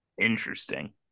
Interesting